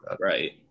right